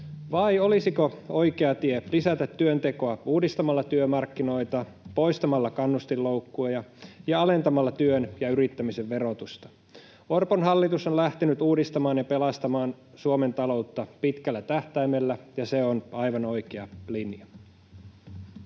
vai olisiko oikea tie lisätä työntekoa uudistamalla työmarkkinoita, poistamalla kannustinloukkuja ja alentamalla työn ja yrittämisen verotusta? Orpon hallitus on lähtenyt uudistamaan ja pelastamaan Suomen taloutta pitkällä tähtäimellä, ja se on aivan oikea linja.